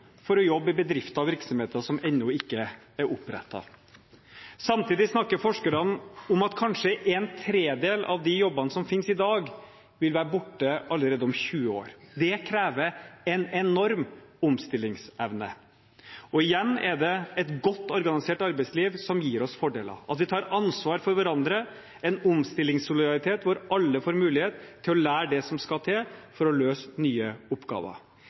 for å jobbe i bedrifter og virksomheter som ennå ikke er opprettet. Samtidig snakker forskerne om at en tredel av de jobbene som finnes i dag, kanskje vil være borte allerede om 20 år. Det krever en enorm omstillingsevne. Igjen er det et godt organisert arbeidsliv som gir oss fordeler, at vi tar ansvar for hverandre, en omstillingssolidaritet der alle får mulighet til å lære det som skal til for å løse nye oppgaver